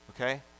okay